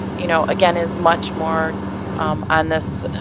you know again is much more um on this,